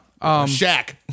Shaq